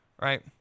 right